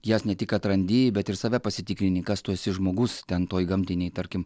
jas ne tik atrandi bet ir save pasitikrini kas tu esi žmogus ten toj gamtinėj tarkim